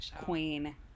queen